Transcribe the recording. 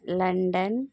London